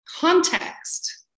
context